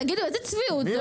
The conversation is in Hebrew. תגידו, איזו מן צביעות זו?